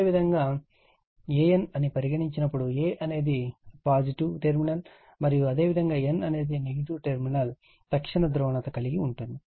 అదేవిధంగా an అని పరిగణించినప్పుడు a అనేది పాజిటివ్ టెర్మినల్ మరియు అదేవిధంగా n అనేది నెగిటివ్ టెర్మినల్ తక్షణ ధ్రువణత కలిగి ఉంటుంది